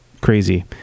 crazy